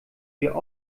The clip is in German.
wir